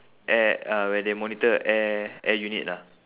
air uh where they monitor air air unit lah